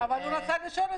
גם בהצעה לסדר,